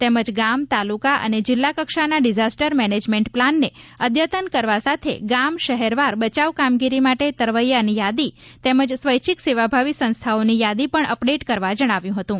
તેમજ ગામ તાલુકા અને જિલ્લા કક્ષાના ડીઝાસ્ટર મેનેજમેન્ટ પ્લાનને અઘતન કરવા સાથે ગામ શહેર વાર બચાવ કામગીરી માટે તરવૈયાની યાદી તેમજ સ્વૈચ્છિક સેવાભાવી સંસ્થાઓની યાદી પણ અપડેટ કરવા જણાવ્યું હતું